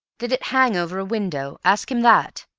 did it hang over a window? ask him that!